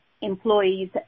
employees